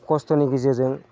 खस्थ'नि गेजेरजों